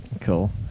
Cool